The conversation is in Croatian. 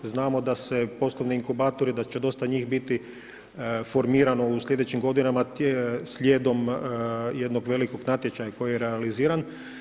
Znamo da se poslovni inkubatori da će dosta njih biti formirano u sljedećim godinama slijedom jednog velikog natječaja koji je realiziran.